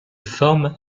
forme